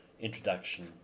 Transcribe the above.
introduction